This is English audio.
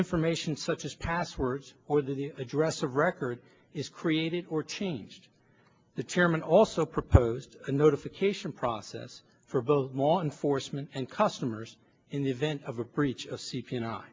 information such as passwords or the address of record is created or changed the chairman also proposed a notification process for both law enforcement and customers in the event of a breach see if you know